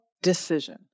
decision